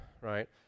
right